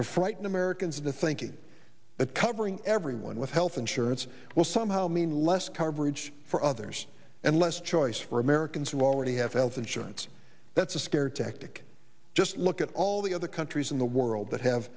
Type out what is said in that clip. to frighten americans into thinking that covering everyone with health insurance will somehow mean less coverage for others and less choice for americans who already have health insurance that's a scare tactic just look at all the other countries in the world that have